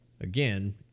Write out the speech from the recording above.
again